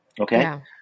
Okay